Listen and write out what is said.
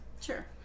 Sure